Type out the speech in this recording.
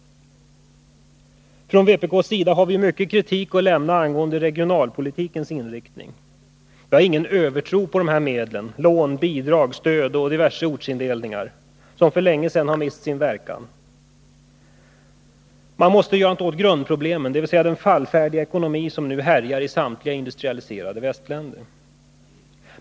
Från vpk:s sida har vi mycket kritik att framföra angående regionalpolitikens inriktning. Vi har ingen övertro på medel som lån, bidrag, stöd och diverse ortsindelningar, vilka för länge sedan mist sin verkan. Man måste göra något åt grundproblemet, dvs. den fallfärdiga ekonomin som ju härjar i samtliga industrialiserade västländer.